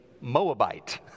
Moabite